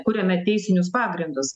kuriame teisinius pagrindus